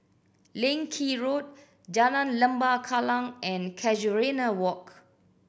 Leng Kee Road Jalan Lembah Kallang and Casuarina Walk